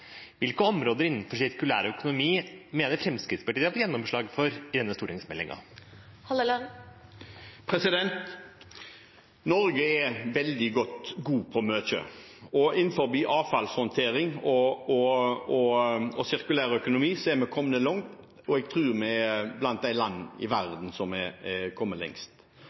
hvilke områder innenfor sirkulær økonomi mener Fremskrittspartiet de har fått gjennomslag for i denne stortingsmeldingen? Norge er veldig god på mye, og innenfor avfallshåndtering og sirkulær økonomi har vi kommet langt. Jeg tror vi er blant de land i verden som har kommet lengst.